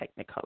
technicolor